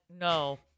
no